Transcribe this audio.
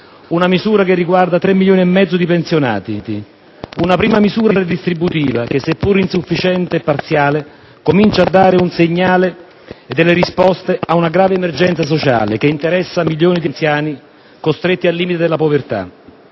una misura che riguarda tre milioni e mezzo di pensionati. È una prima misura distributiva che, seppure insufficiente e parziale, comincia a dare un segnale e risposte ad una grave emergenza sociale che interessa milioni di anziani costretti al limite della povertà.